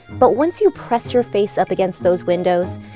but once you press your face up against those windows,